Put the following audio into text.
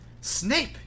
Snape